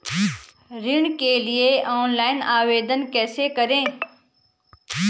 ऋण के लिए ऑनलाइन आवेदन कैसे करें?